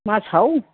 मासआव